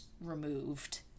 removed